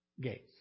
gates